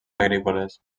agrícoles